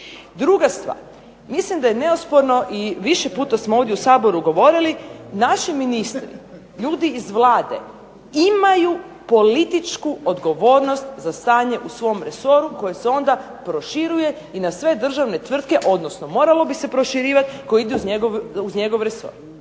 Druga stvar. mislim da je neosporno i više puta smo ovdje u Saboru govorili naši ministri ljudi iz vlade imaju političku odgovornost za stanje u svom resoru koje se onda proširuje na sve državne tvrtke odnosno moralo bi se proširivati koje idu uz njegov resor.